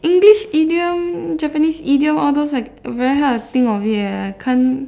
English idiom Japanese idiom all those like very hard to think of it leh I can't